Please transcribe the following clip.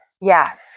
Yes